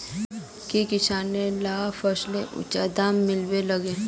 की किसान लाक फसलेर उचित दाम मिलबे लगे?